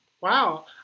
Wow